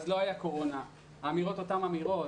אז לא הייתה קורונה, האמירות אותן אמירות.